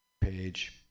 page